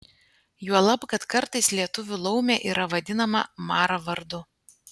juolab kad kartais lietuvių laumė yra vadinama mara vardu